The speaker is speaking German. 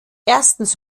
erstens